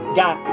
got